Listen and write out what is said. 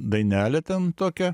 dainelę ten tokią